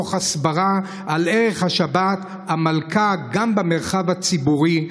תוך הסברה על איך שבת היא המלכה גם במרחב הציבורי,